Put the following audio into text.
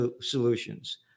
solutions